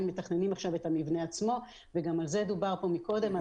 מתכננים עכשיו את המבנה עצמו וגם על זה דובר כאן קודם.